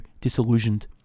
disillusioned